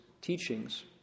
teachings